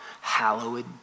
hallowed